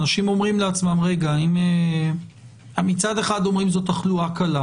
אנשים אומרים לעצמם שמצד אחד אומרים שזו תחלואה קלה